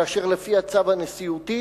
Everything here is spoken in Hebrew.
כאשר לפי הצו הנשיאותי,